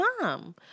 mom